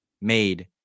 made